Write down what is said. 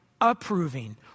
approving